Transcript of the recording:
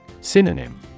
Synonym